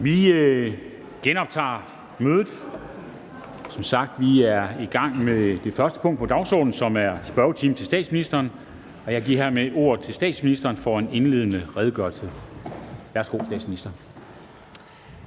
Vi genoptager mødet. Vi er som sagt i gang med det første punkt på dagsordenen, som er spørgsmål til statsministeren. Jeg giver hermed ordet til statsministeren for en indledende redegørelse. Værsgo til statsministeren.